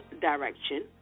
direction